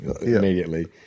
immediately